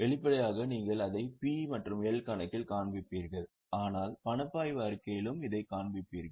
வெளிப்படையாக நீங்கள் அதை P மற்றும் L கணக்கில் காண்பிப்பீர்கள் ஆனால் பணப்பாய்வு அறிக்கையிலும் இதை காண்பிப்பீர்கள்